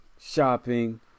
shopping